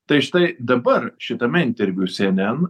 tai štai dabar šitame interviu cnn